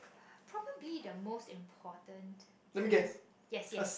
probably the most important thing yes yes